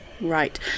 right